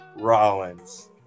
Rollins